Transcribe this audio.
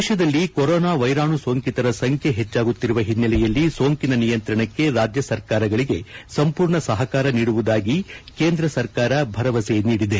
ದೇಶದಲ್ಲಿ ಕೊರೋನಾ ವೈರಾಣು ಸೋಂಕಿತರ ಸಂಬ್ಕೆ ಹೆಚ್ಚಾಗುತ್ತಿರುವ ಹಿನ್ನೆಲೆಯಲ್ಲಿ ಸೋಂಕಿನ ನಿಯಂತ್ರಣಕ್ಕೆ ರಾಜ್ಣ ಸರ್ಕಾರಗಳಿಗೆ ಸಂಪೂರ್ಣ ಸಹಕಾರ ನೀಡುವುದಾಗಿ ಕೇಂದ್ರ ಸರ್ಕಾರ ಭರವಸೆ ನೀಡಿದೆ